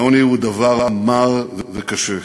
העוני הוא דבר מר וקשה,